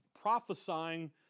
prophesying